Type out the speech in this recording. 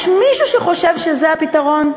יש מישהו שחושב שזה הפתרון?